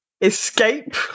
escape